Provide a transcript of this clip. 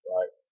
Right